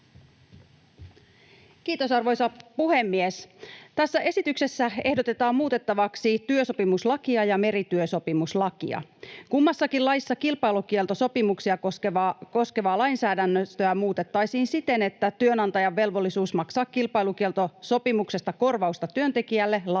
Kiitos, arvoisa puhemies! Tässä esityksessä ehdotetaan muutettavaksi työsopimuslakia ja merityösopimuslakia. Kummassakin laissa kilpailukieltosopimuksia koskevaa lainsäädäntöä muutettaisiin siten, että työnantajan velvollisuus maksaa kilpailukieltosopimuksesta korvausta työntekijälle laajennettaisiin